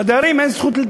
לדיירים אין זכות.